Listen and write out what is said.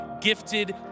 gifted